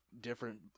Different